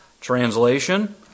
Translation